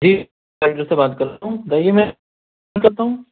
جی سے بات کر رہا ہوں بتائیے میں کیا کرتا ہوں